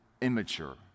immature